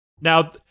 now